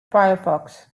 firefox